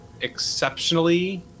exceptionally